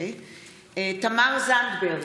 תמר זנדברג,